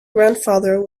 grandfather